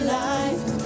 life